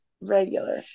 Regular